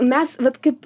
mes vat kaip